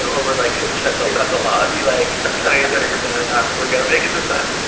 over like fifteen years um that's a lot. to be like twenty or thirty percent of the time, are we going to make it this time?